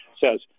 says